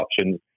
options